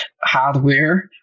hardware